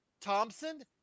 Thompson